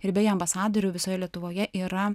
ir bėje ambasadorių visoje lietuvoje yra